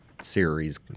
series